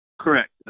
Correct